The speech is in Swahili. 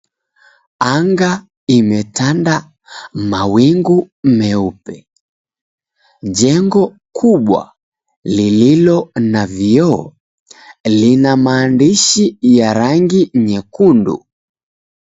Anga imetanda mawingu meupe. Jengo kubwa lililo na vioo lina maandishi ya rangi nyekundu.